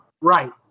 Right